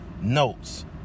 notes